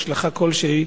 השלכה כלשהי,